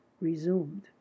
resumed